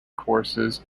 courses